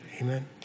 Amen